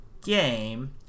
game